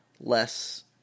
less